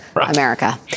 America